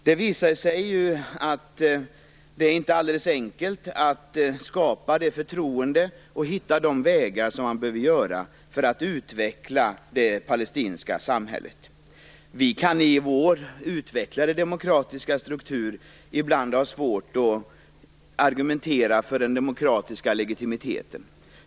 Det visar sig att det inte är alldeles enkelt att skapa förtroende och hitta de vägar som behövs för att utveckla det palestinska samhället. Vi kan i vår utvecklade demokratiska struktur ibland ha svårt att argumentera för den demokratiska legitimiteten.